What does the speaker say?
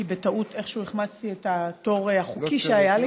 כי בטעות איכשהו החמצתי את התור החוקי שהיה לי.